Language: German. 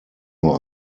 nur